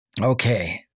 Okay